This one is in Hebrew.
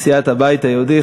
מסיעת הבית היהודי,